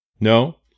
No